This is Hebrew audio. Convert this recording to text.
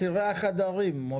מחירי החדרים.